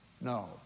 No